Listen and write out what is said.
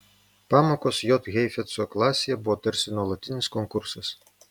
pamokos j heifetzo klasėje buvo tarsi nuolatinis konkursas